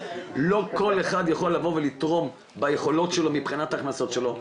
לא כל אחד יכול לבוא ולתרום מבחינת היכולות שלו ומבחינת ההכנסות שלו,